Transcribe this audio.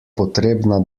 potrebna